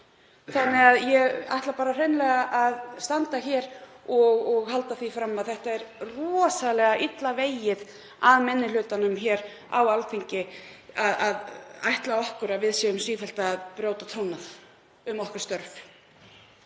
umboði. Ég ætla hreinlega að standa hér og halda því fram að það sé rosalega illa vegið að minni hlutanum hér á Alþingi, að ætla okkur að við séum sífellt að brjóta trúnað um okkar störf.